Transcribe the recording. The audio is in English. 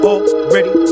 Already